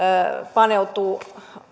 paneutuu